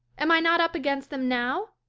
am i not up against them now?